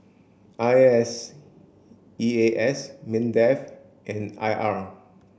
I S E A S MINDEF and I R